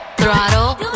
throttle